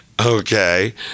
Okay